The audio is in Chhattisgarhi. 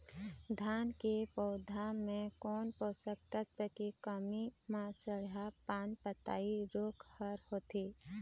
धान के पौधा मे कोन पोषक तत्व के कमी म सड़हा पान पतई रोग हर होथे?